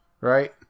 right